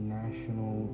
national